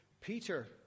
Peter